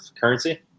currency